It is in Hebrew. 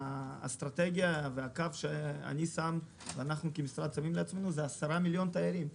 הקו שאנחנו במשרד שמים לנו כיעד זה 10 מיליון תיירים.